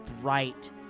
bright